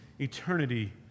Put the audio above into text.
eternity